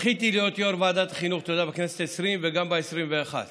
זכיתי להיות יו"ר ועדת החינוך בכנסת העשרים וגם בכנסת העשרים-ואחת